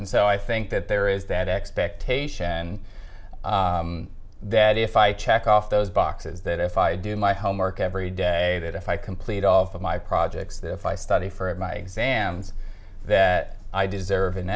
so i think that there is that expectation and that if i check off those boxes that if i do my homework every day that if i complete all for my projects that if i study for my exams that i deserve a